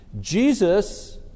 Jesus